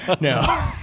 No